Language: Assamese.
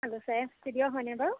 আলোছায়া ষ্টুডিঅ' হয়নে বাৰু